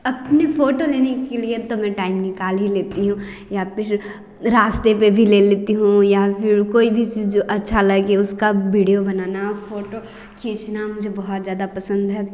अपनी फोटो लेने के लिए तो मैं टाइम निकाल ही लेती हूँ या फिर रास्ते पर भी ले लेती हूँ या फिर कोई भी चीज़ जो अच्छी लगे उसका वीडियो बनाना फोटो खींचना मुझे बहुत ज़्यादा पसंद है